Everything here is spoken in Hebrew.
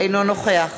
אינו נוכח